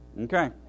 Okay